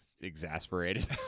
exasperated